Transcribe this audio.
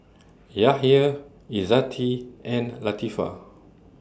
Yahya Izzati and Latifa